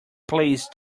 please